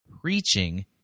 preaching